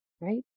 right